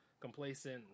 complacent